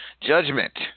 Judgment